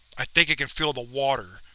i think it can feel the water.